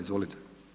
Izvolite.